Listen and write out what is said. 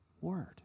word